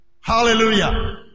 Hallelujah